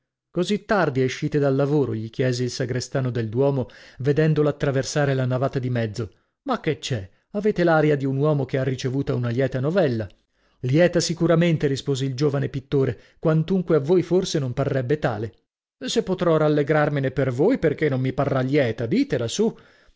così tardi escite da lavoro gli chiese il sagrestano del duomo vedendolo attraversare la navata di mezzo ma che c'è avete l'aria di un uomo che ha ricevuta una lieta novella lieta sicuramente rispose il giovane pittore quantunque a voi forse non parrebbe tale se potrò rallegrarmene per voi perchè non mi parrà lieta ditela su